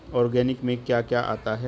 Organic में क्या क्या आता है?